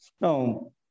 No